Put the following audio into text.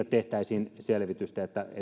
tehtäisiin selvitys